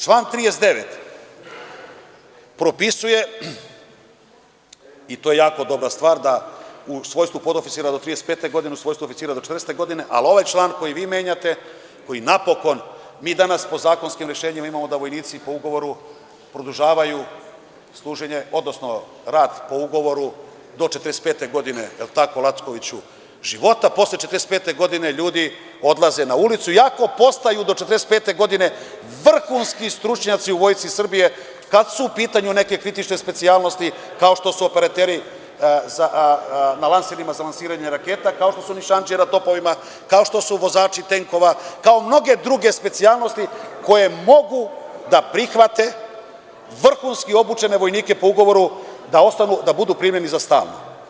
Član 39. propisuje i to je jako dobra stvar, u svojstvu podoficira do 35. godine, u svojstvu oficira do 40. godine, ali ovaj član koji vi menjate, koji mi napokon danas po zakonskim rešenjima imamo da vojnici po ugovoru produžavaju rad po ugovoru do 45. godine, jel tako Lackoviću, života, a posle 45. godine ljudi odlaze na ulicu, iako postaju do 45. godine vrhunski stručnjaci u Vojsci Srbije, kada su u pitanju neke kritične specijalnosti, kao što su operateri na lanserima za lansiranje raketa, kao što su nišandžije na topovima, kao što su vozači tenkova, kao mnoge druge specijalnosti koje mogu da prihvate vrhunski obučene vojnike po ugovoru, da ostanu, da budu primljeni za stalno.